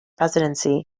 presidency